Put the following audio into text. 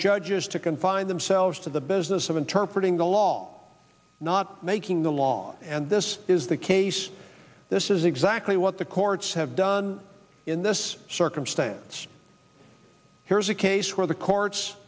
judges to confine themselves to the business of interpret ing the law not making the law and this is the case this is exactly what the courts have done in this circumstance here's a case where the courts